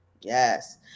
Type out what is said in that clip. yes